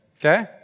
Okay